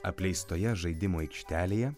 apleistoje žaidimų aikštelėje